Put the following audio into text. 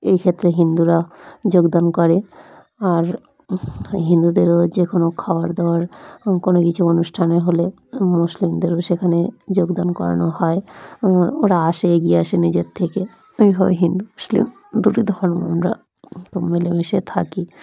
এই ক্ষেত্রে হিন্দুরা যোগদান করে আর হিন্দুদেরও যে কোনো খাওয়ার দাওয়ার কোনো কিছু অনুষ্ঠানে হলে মুসলিমদেরও সেখানে যোগদান করানো হয় ওরা আসে এগিয়ে আসে নিজের থেকে এইভাবে হিন্দু মুসলিম দুটি ধর্ম আমরাব মিলেমিশে থাকি